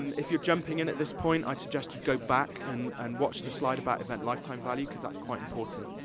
um if you're jumping in at this point, i'd suggest you go back and, and watch the slide about event lifetime value, cause that's quite important.